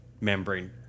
membrane